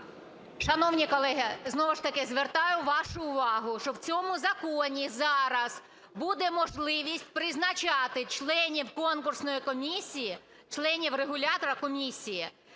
Шановні колеги, знову ж таки звертаю вашу увагу, що в цьому законі зараз буде можливість призначати членів конкурсної комісії, членів регулятора комісії